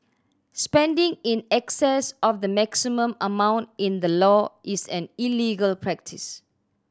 spending in excess of the maximum amount in the law is an illegal practice